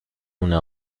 una